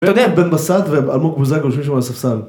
אתה יודע, בן בסט ואלמוג בוזגלו יושבים שם על הספסל